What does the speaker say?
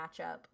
matchup